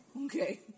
okay